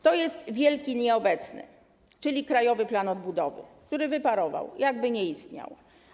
To jest wielki nieobecny, czyli Krajowy Plan Odbudowy, który wyparował, jakby nie istniał.